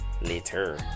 later